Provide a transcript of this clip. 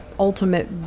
ultimate